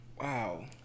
wow